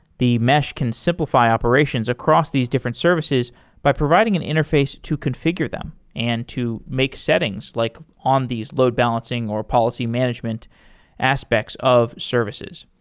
the mesh can simplify operations across these different services by providing an interface to configure them and to make settings like on these load balancing or policy management aspects of services.